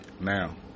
now